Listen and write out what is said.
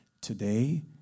Today